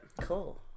Cool